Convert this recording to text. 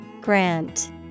Grant